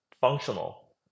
functional